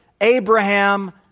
Abraham